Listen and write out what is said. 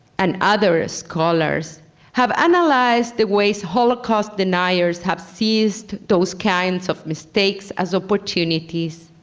and other scholars have analyzed the ways holocaust deniers have seized those kinds of mistakes as opportunities.